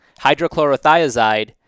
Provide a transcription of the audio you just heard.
hydrochlorothiazide